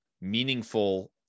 meaningful